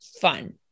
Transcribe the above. fun